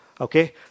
Okay